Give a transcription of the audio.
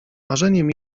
marzeniem